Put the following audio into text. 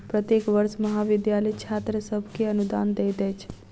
प्रत्येक वर्ष महाविद्यालय छात्र सभ के अनुदान दैत अछि